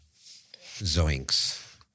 Zoinks